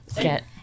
get